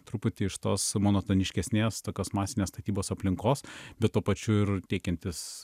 truputį iš tos monotoniškesnės tokios masinės statybos aplinkos bet tuo pačiu ir teikiantis